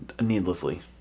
needlessly